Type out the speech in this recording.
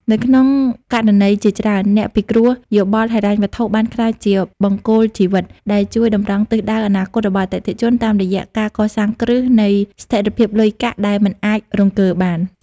នៅក្នុងករណីជាច្រើន អ្នកពិគ្រោះយោបល់ហិរញ្ញវត្ថុបានក្លាយជា "បង្គោលជីវិត" ដែលជួយតម្រង់ទិសដៅអនាគតរបស់អតិថិជនតាមរយៈការកសាងគ្រឹះនៃស្ថិរភាពលុយកាក់ដែលមិនអាចរង្គើបាន។